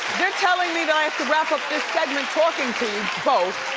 they're telling me that i have to wrap up this segment talking to you both,